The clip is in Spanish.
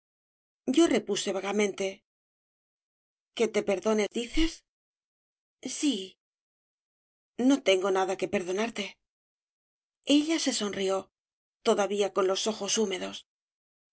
yo repuse vagamente que te perdone dices sí no tengo nada que perdonarte ella se sonrió todavía con los ojos húmedos